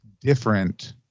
different